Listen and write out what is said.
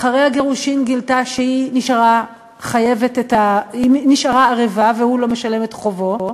אחרי הגירושין היא גילתה שהיא נשארה ערבה והוא לא משלם את חובו.